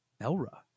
Elra